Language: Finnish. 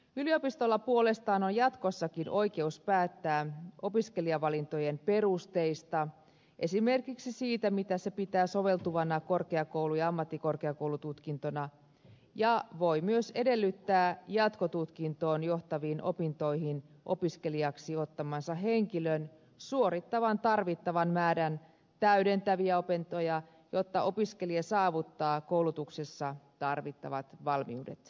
yliopistolla puolestaan on jatkossakin oikeus päättää opiskelijavalintojen perusteista esimerkiksi siitä mitä se pitää soveltuvana korkeakoulu ja ammattikorkeakoulututkintona ja se voi myös edellyttää jatkotutkintoon johtaviin opintoihin opiskelijaksi ottamansa henkilön suorittavan tarvittavan määrän täydentäviä opintoja jotta opiskelija saavuttaa koulutuksessa tarvittavat valmiudet